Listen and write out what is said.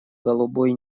голубой